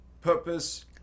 purpose